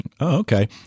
okay